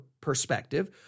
perspective